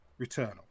Returnal